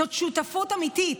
זאת שותפות אמיתית.